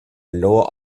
lower